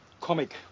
comic